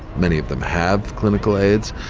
many of them have clinical aids,